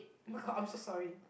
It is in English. oh my god I'm so sorry